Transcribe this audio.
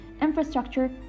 infrastructure